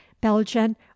belgian